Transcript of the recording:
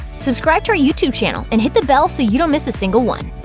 subscribe to our youtube channel and hit the bell so you don't miss a single one.